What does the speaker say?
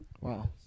Wow